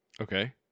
Okay